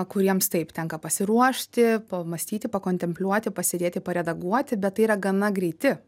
kuriems taip tenka pasiruošti pamąstyti pa kontempliuoti pasėdėti paredaguoti bet tai yra gana greiti